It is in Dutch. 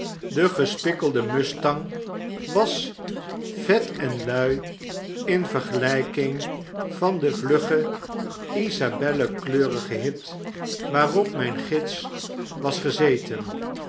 de gespikkelde mustang was vet en lui in vergelijking van den vluggen isabellekleurigen hit waarop mp gids was gezeten